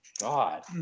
god